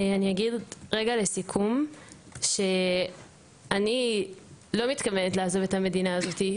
אני אגיד לסיכום שאני לא מתכוונת לעזוב את המדינה הזאת.